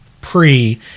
pre